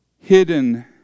hidden